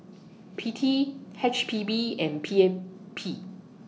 P T H P B and P A P